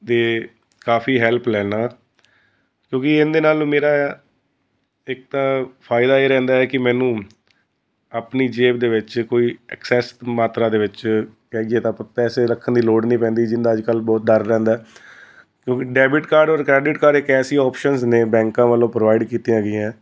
ਦੇ ਕਾਫ਼ੀ ਹੈਲਪ ਲੈਨਾ ਕਿਉਂਕਿ ਇਹਦੇ ਨਾਲ ਮੇਰਾ ਇੱਕ ਤਾਂ ਫ਼ਾਇਦਾ ਇਹ ਰਹਿੰਦਾ ਹੈ ਕਿ ਮੈਨੂੰ ਆਪਣੀ ਜੇਬ ਦੇ ਵਿੱਚ ਕੋਈ ਐਕਸੈਸ ਮਾਤਰਾ ਦੇ ਵਿੱਚ ਕਹੀਏ ਤਾਂ ਪੈਸੇ ਰੱਖਣ ਦੀ ਲੋੜ ਨਹੀਂ ਪੈਂਦੀ ਜਿੰਦਾ ਅੱਜ ਕੱਲ੍ਹ ਬਹੁਤ ਡਰ ਰਹਿੰਦਾ ਕਿਉਂਕਿ ਡੈਬਿਟ ਕਾਰਡ ਔਰ ਕ੍ਰੈਡਿਟ ਕਾਰਡ ਇੱਕ ਐਸੀ ਆਪਸ਼ਨਸ ਨੇ ਬੈਂਕਾਂ ਵੱਲੋਂ ਪ੍ਰੋਵਾਈਡ ਕੀਤੀਆਂ ਗਈਆਂ